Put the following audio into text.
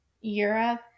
Europe